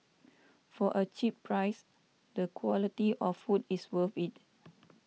for a cheap price the quality of food is worth it